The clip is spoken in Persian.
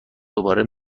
دوباره